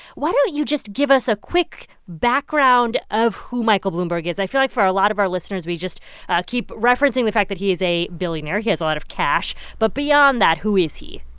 why don't you just give us a quick background of who michael bloomberg is? i feel like for a lot of our listeners, we just keep referencing the fact that he is a billionaire. he has a lot of cash. but beyond that, who is he?